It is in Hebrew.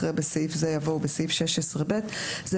אחרי "בסעיף זה" יבוא "ובסעיף 16ב". למעשה,